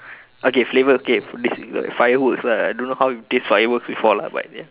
okay flavour okay this fireworks lah don't know how you taste fireworks before lah but ya